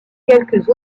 quelques